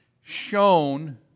shown